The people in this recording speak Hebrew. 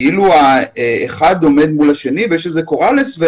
כאילו אחד עומד מול השני ויש איזשהו קוראלס.